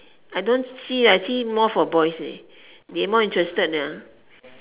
I don't see I see more for boys eh they more interested ya